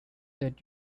that